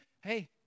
Hey